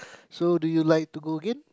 so do you like to go again